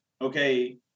okay